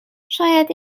شاید